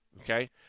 okay